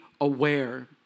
aware